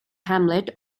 hamlet